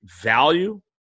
value